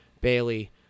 Bailey